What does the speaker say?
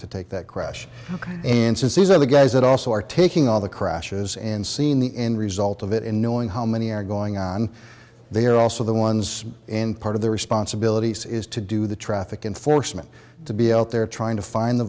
to take that crash and since these are the guys that also are taking all the crashes and seen the end result of it in knowing how many are going on they are also the ones in part of their responsibilities is to do the traffic enforcement to be out there trying to find